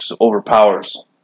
Overpowers